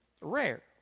rare